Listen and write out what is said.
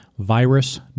virus